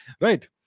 Right